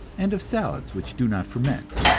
and of salads, which do not ferment.